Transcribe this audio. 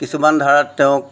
কিছুমান ধাৰাত তেওঁক